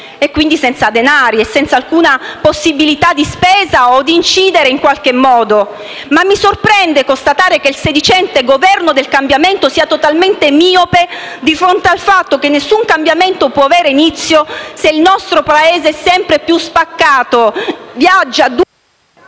quindi senza denari e alcuna possibilità di spesa o di incidere in qualche modo. Mi sorprende constatare che il sedicente Governo del cambiamento sia totalmente miope di fronte al fatto che nessun cambiamento può avere inizio se il nostro Paese è sempre più spaccato, viaggia a